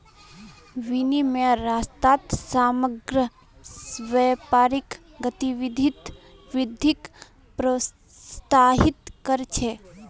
विनिमयेर रास्ता समग्र व्यापारिक गतिविधित वृद्धिक प्रोत्साहित कर छे